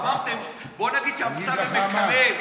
אמרתם: בואו נגיד שאמסלם מקלל.